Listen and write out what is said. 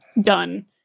done